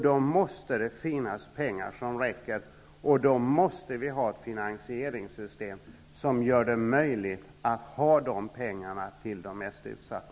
Då måste det finnas pengar som räcker, och då måste vi ha ett finansieringssystem som gör det möjligt att ha de pengarna till de mest utsatta.